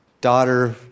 daughter